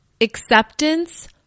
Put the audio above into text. acceptance